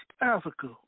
Africa